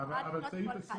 אני יכולה לפנות לכל אחד.